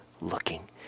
looking